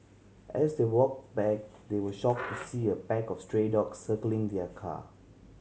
as they walked back they were shocked to see a pack of stray dogs circling their car